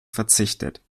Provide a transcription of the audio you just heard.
verzichtet